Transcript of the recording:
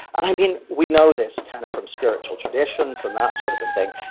and i mean, we know this kind of from spiritual traditions and that sort of thing,